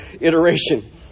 iteration